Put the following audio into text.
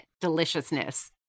Deliciousness